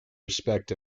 respect